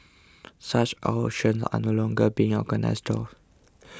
such auctions are no longer being organised though